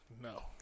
No